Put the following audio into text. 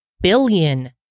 billion